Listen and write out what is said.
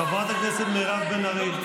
חברת הכנסת מירב בן ארי.